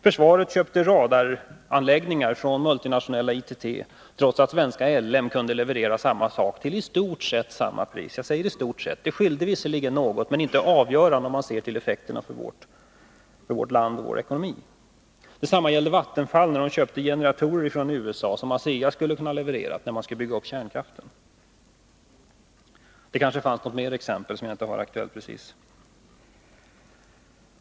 Försvaret köpte radaranläggningar från multinationella ITT, trots att svenska LM Ericsson kunde leverera motsvarande anläggningar till i stort sett samma pris — jag säger i stort sett; det skilde visserligen något, men det borde inte ha varit avgörande om man sett till effekterna för vårt land och vår ekonomi. Detsamma gällde Vattenfall, som från USA köpte generatorer till kärnkraftverk från USA som ASEA skulle ha kunnat leverera. Det kanske också fanns något mer exempel som jag nu inte har aktuellt.